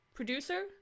producer